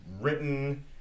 written